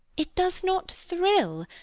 it does not thrill.